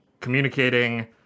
communicating